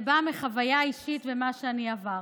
זה בא מחוויה אישית וממה שאני עברתי.